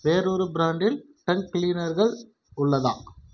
வேறொரு பிராண்டில் டங்க் கிளீனர்கள் உள்ளதா